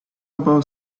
about